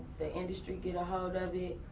the industry get ahold of it.